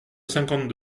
cinquante